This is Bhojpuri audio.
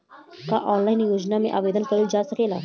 का ऑनलाइन योजना में आवेदन कईल जा सकेला?